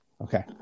Okay